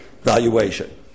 valuation